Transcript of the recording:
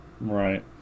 right